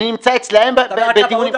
אתה מדבר על כבאות,